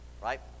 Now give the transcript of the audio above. Right